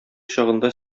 чагында